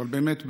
אבל באמת,